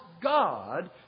God